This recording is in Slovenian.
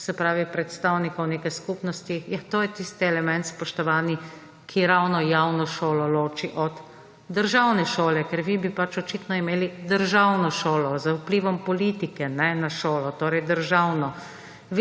se pravi predstavnikov neke skupnosti? Ja, to je tisti element, spoštovani, ki ravno javno šolo loči od državne šole, ker vi bi pač očitno imeli državno šolo z vplivom politike na šolo. Torej, državno.